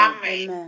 Amen